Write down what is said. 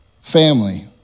family